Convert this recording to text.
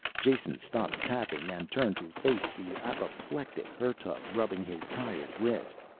jason stopped tapping and turned to face the apoplectic hertug, rubbing his tired wrist.